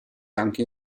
anche